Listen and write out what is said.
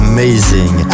amazing